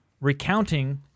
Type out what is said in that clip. recounting